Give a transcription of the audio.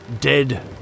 dead